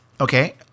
Okay